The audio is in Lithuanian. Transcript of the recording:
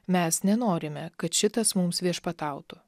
mes nenorime kad šitas mums viešpatautų